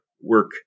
work